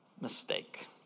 mistake